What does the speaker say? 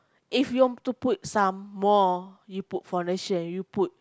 if you're to put some more you put foundation you put